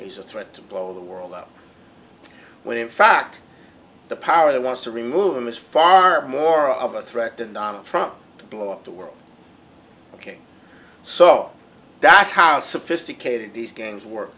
he's a threat to blow the world out when in fact the power they want to remove him is far more of a threat than donald trump to blow up the world ok so that's how sophisticated these games w